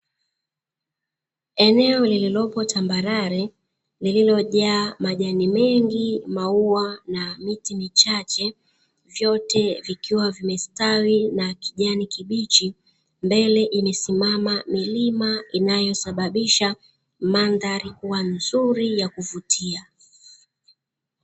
Eneo lililopo tambarare lililojaa majani mengi, maua na miti michache, vyote vikiwa vimestawi na kijani kibichi. Mbele imesimama milima inayo sababisha mandhari kuwa nzuri ya kuvutia.